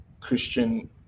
Christian